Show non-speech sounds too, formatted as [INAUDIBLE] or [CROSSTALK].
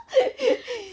[LAUGHS]